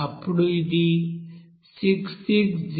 అప్పుడు ఇది 66012